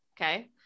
Okay